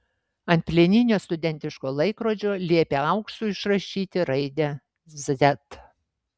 ant plieninio studentiško laikrodžio liepė auksu išrašyti raidę z